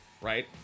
right